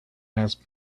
has